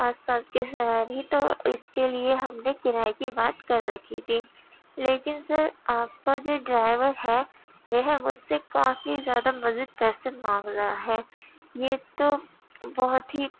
آس پاس کے سواری تو اس کے لیے ہم نے کرائے کی بات کر رکھی تھی لیکن سر آپ کا جو ڈرائیور ہے وہ مجھ سے کافی زیادہ مزید پیسے مانگ رہا ہے یہ تو بہت ہی